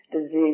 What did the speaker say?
disease